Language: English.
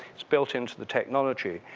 it's built in to the technology.